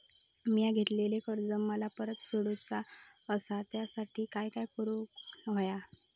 मिया घेतलेले कर्ज मला परत फेडूचा असा त्यासाठी काय काय करून होया?